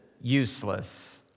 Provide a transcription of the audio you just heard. useless